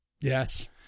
Yes